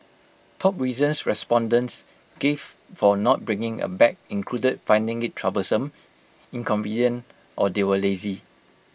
top reasons respondents gave for not bringing A bag included finding IT troublesome inconvenient or they were lazy